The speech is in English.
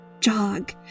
Jog